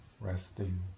resting